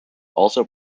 also